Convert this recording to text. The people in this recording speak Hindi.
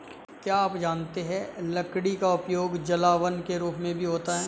क्या आप जानते है लकड़ी का उपयोग जलावन के रूप में भी होता है?